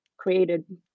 created